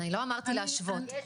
אני לא אמרתי להשוות,